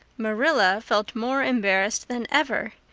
marilla felt more embarrassed than ever.